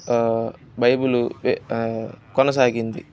Bible కొనసాగింది